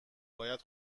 باید